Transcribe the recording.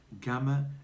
gamma